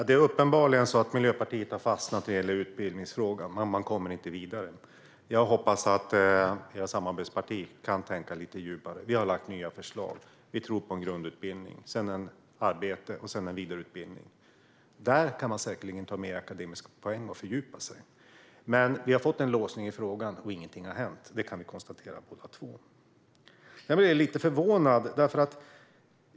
Fru talman! Det är uppenbart att Miljöpartiet har fastnat när det gäller utbildningsfrågan. Man kommer inte vidare. Jag hoppas att ert samarbetsparti kan tänka lite djupare. Vi har lagt fram nya förslag. Vi tror på en grundutbildning som följs av arbete och sedan en vidareutbildning. Där kan man säkert ta fler akademiska poäng och fördjupa sig. Men vi har fått en låsning i frågan, och ingenting har hänt. Det kan vi båda konstatera. Sedan blev jag lite förvånad.